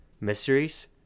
Mysteries